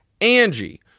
Angie